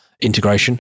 integration